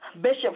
Bishop